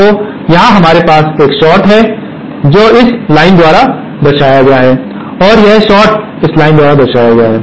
तो यहाँ हमारे पास एक शार्ट है जो इस लाइन द्वारा दर्शाया गया है और यह शॉर्ट इस लाइन द्वारा दर्शाया गया है